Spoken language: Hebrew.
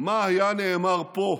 מה היה נאמר פה,